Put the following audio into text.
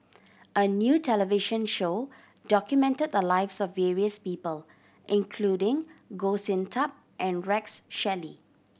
a new television show documented the lives of various people including Goh Sin Tub and Rex Shelley